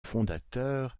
fondateur